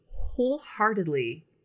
wholeheartedly